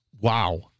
Wow